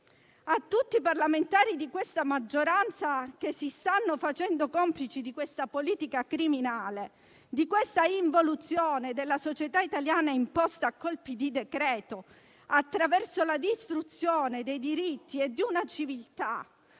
A tutti i parlamentari di questa maggioranza che si stanno facendo complici di siffatta politica criminale, della involuzione della società italiana imposta a colpi di decreto, attraverso la distruzione dei diritti e di una civiltà